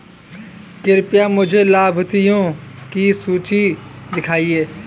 कृपया मुझे लाभार्थियों की सूची दिखाइए